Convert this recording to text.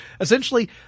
Essentially